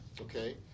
okay